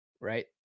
right